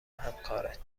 همکارت